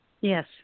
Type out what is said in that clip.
Yes